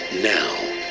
now